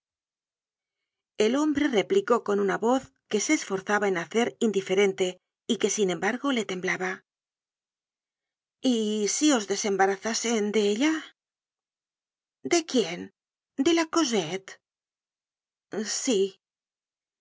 el hombre replicó con una voz que se esforzaba en hacer indiferente y que sin embargo le temblaba y si os desembarazasen de ella de quién de la cosette sí la